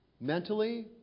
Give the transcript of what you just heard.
mentally